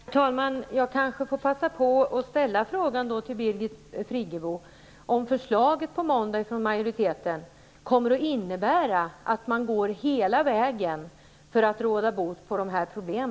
Herr talman! Jag får kanske passa på att fråga Birgit Friggebo om det förslag som kommer från majoriteten på måndag innebär att man går hela vägen för att råda bot på dessa problem.